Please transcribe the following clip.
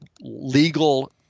legal